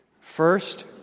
First